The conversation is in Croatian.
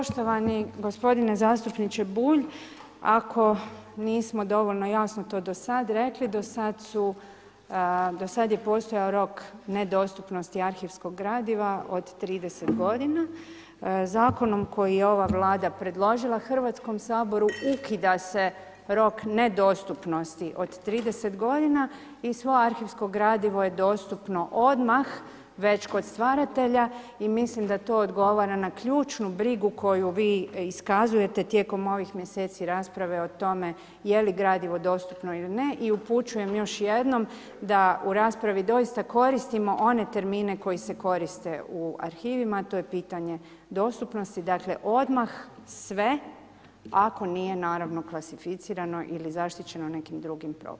Poštovani gospodine zastupniče Bulj, ako nismo dovoljno jasno to do sad rekli, do sada je postojao rok nedostupnosti arhivskog gradiva od 30 godina zakonom koji je ova Vlada predložila Hrvatskom saboru ukida se rok nedostupnosti od 30 godina i svo arhivsko gradivo je dostupno odmah već kod stvaratelja i mislim da to odgovara na ključnu brigu koju vi iskazujete tijekom ovih mjeseci rasprave o tome je li gradivo dostupno ili ne i upućujem još jednom da u raspravi doista koristimo one termine koji se koriste u arhivima a to je pitanje dostupnosti, dakle odmah sve ako nije naravno klasificirano ili zaštićeno nekim drugim propisom.